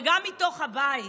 וגם מתוך הבית